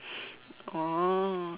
oh